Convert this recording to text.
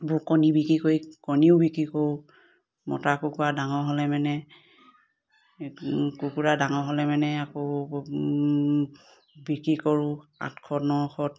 বোৰ কণী বিক্ৰী কৰি কণীও বিক্ৰী কৰোঁ মতা কুকুৰা ডাঙৰ হ'লে মানে কুকুৰা ডাঙৰ হ'লে মানে আকৌ বিক্ৰী কৰোঁ আঠশ নশত